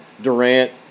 Durant